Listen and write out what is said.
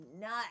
nuts